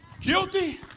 Guilty